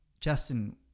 Justin